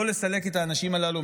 לא לסלק את האנשים הללו.